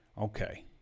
Okay